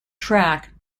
track